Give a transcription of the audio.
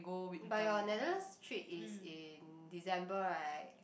but your Netherlands trip is in December right